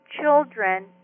children